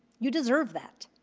you deserve that.